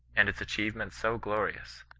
and its achievements so glorious!